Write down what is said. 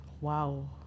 Wow